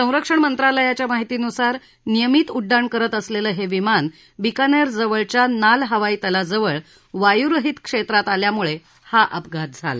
संरक्षण मंत्रालयाच्या माहितीनुसार नियमित उड्डाण करत असलेलं हे विमान बिकानेरजवळच्या नाल हवाईतळाजवळ वायूरहित क्षेत्रात आल्यामुळे हा अपघात झाला